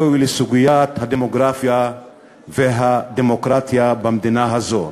אוי לסוגיית הדמוגרפיה והדמוקרטיה במדינה הזאת.